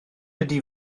ydy